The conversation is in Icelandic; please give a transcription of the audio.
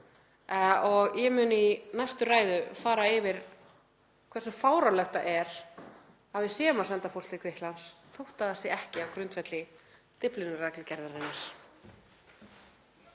Ég mun í næstu ræðu fara yfir hversu fáránlegt það er að við séum að senda fólk til Grikklands þótt það sé ekki á grundvelli Dyflinnarreglugerðarinnar.